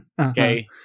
okay